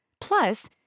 Plus